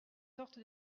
sorte